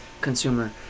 consumer